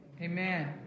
Amen